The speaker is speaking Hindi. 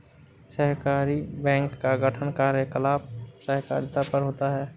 सहकारी बैंक का गठन कार्यकलाप सहकारिता पर होता है